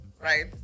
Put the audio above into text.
right